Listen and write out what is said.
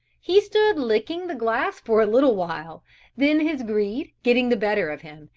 he stood licking the glass for a little while then his greed getting the better of him,